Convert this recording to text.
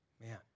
Man